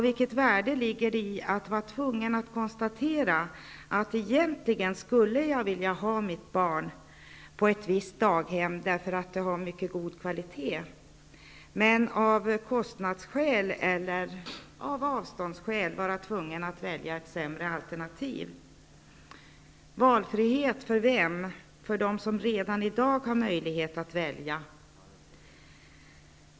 Vilket värde ligger det i att vara tvungen att konstatera att jag egentligen skulle vilja ha mitt barn på ett visst daghem, därför att det har mycket god kvalitet, men av kostnadsskäl eller av avståndsskäl vara tvungen att välja ett sämre alternativ? Valfrihet för vem -- för dem som redan i dag har möjlighet att välja?